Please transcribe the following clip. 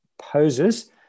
poses